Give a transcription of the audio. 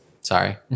sorry